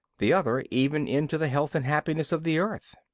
the other even into the health and happiness of the earth.